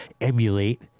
emulate